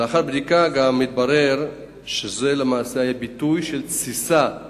לאחר בדיקה התברר שזה למעשה היה ביטוי של תסיסה